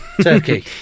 Turkey